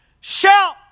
shout